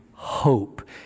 Hope